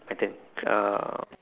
my turn uh